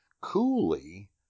coolly